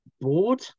bored